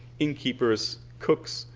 innkeepers, cooks,